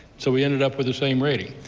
so we ended up with the same rating.